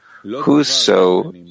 Whoso